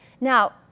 Now